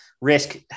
risk